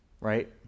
right